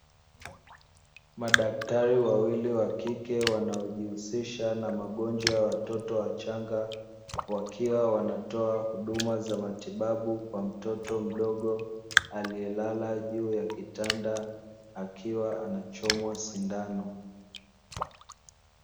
Madaktari wawili wa kike, wanaojihusisha na magonjwa ya watoto wachanga, wakiwa wanatoa huduma za matibabu kwa mtoto mdogo aliyelala juu ya kitanda, akiwa anachomwa sindano.